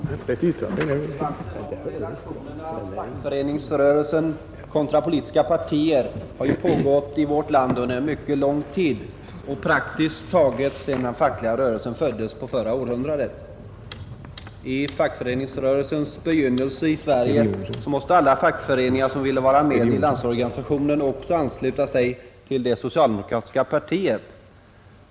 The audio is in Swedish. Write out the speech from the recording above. Fru talman! Debatten om relationerna fackföreningsrörelsen kontra politiska partier har pågått i vårt land under mycket lång tid — praktiskt taget sedan den fackliga rörelsen föddes under förra århundradet. I fackföreningsrörelsens begynnelse i Sverige måste alla fackföreningar som ville vara med i Landsorganisationen också ansluta sig till det socialdemokratiska partiet.